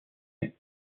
est